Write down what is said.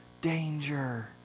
danger